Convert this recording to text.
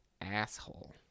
asshole